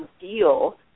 deal